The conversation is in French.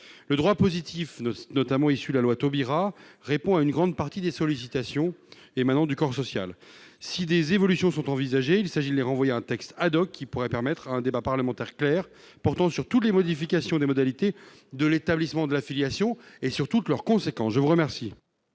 Le droit positif, notamment issu de la loi Taubira, répond à une grande partie des sollicitations émanant du corps social. Si des évolutions sont envisagées, il s'agit de les renvoyer à un texte, qui pourrait permettre un débat parlementaire clair, portant sur toutes les modifications des modalités de l'établissement de la filiation et sur toutes leurs conséquences. Quel